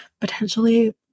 potentially